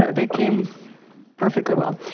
they came perfectly well.